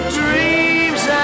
dreams